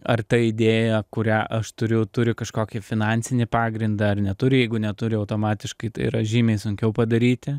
ar ta idėja kurią aš turiu turi kažkokį finansinį pagrindą ar neturi jeigu neturi automatiškai yra žymiai sunkiau padaryti